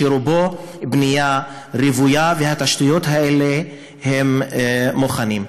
שרובו בנייה רוויה והתשתיות האלה מוכנות.